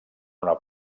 una